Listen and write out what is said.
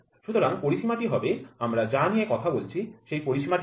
সুতরাং পরিসীমা টি হবে আমরা যা নিয়ে কথা বলছি সেই পরিসীমা টি কি